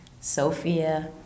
Sophia